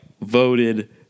voted